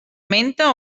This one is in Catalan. menta